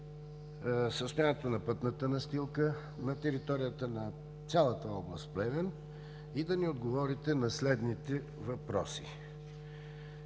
състоянието на пътната настилка на територията на цялата област Плевен и да ни отговорите на следните въпроси: